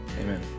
Amen